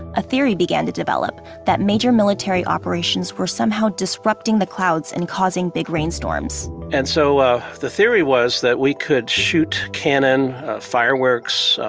a theory began to develop that major military operations were somehow disrupting the clouds and causing big rainstorms and so, ah the theory was that we could shoot cannon fireworks,